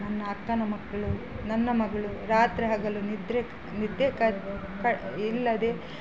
ನನ್ನ ಅಕ್ಕನ ಮಕ್ಕಳು ನನ್ನ ಮಗಳು ರಾತ್ರಿ ಹಗಲು ನಿದ್ರೆ ಕ ನಿದ್ದೆ ಇಲ್ಲದೆ